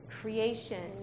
creation